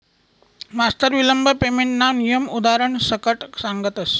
मास्तर विलंब पेमेंटना नियम उदारण सकट सांगतस